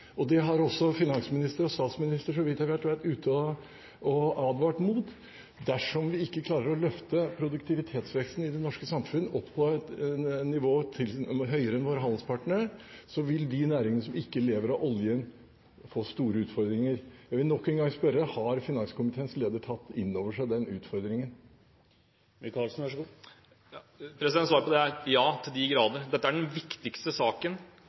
Norge. Det har også finansministeren og statsministeren, så vidt jeg vet, vært ute og advart mot. Dersom vi ikke klarer å løfte produktivitetsveksten i det norske samfunn opp på et nivå høyere enn hos våre handelspartnere, vil de næringene som ikke lever av oljen, få store utfordringer. Jeg vil nok en gang spørre: Har finanskomiteens leder tatt inn over seg den utfordringen? Svaret på det er ja, til de grader. Det er den viktigste saken